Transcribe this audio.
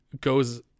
goes